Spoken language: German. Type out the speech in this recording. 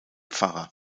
pfarrer